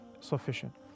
sufficient